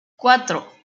cuatro